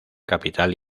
capital